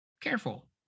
careful